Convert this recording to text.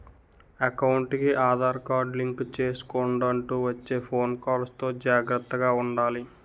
ఎకౌంటుకి Aadhaar card link చేసుకొండంటూ వచ్చే ఫోను కాల్స్ తో జాగర్తగా ఉండాలి